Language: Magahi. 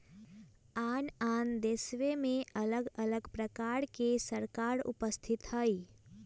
आन आन देशमें अलग अलग प्रकार के सरकार उपस्थित हइ